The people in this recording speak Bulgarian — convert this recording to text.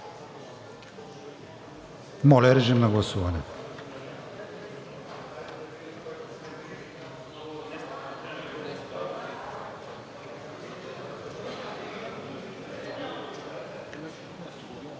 Моля, режим на гласуване.